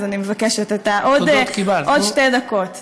אז אני מבקשת עוד שתי דקות.